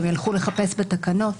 הם ילכו לחפש בתקנות?